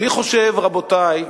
רבותי,